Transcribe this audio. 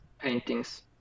paintings